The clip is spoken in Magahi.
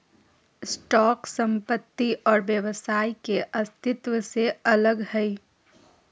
स्टॉक संपत्ति और व्यवसाय के अस्तित्व से अलग हइ